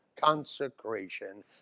consecration